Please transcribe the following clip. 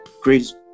Greatest